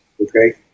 Okay